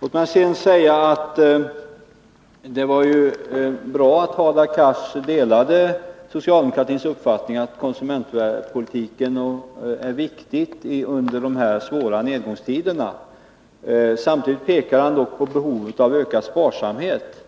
Låt mig sedan säga att det är bra att Hadar Cars delar socialdemokratins uppfattning att konsumentpolitiken är viktig under dessa svåra nedgångstider. Samtidigt pekar Hadar Cars på behovet av ökad sparsamhet.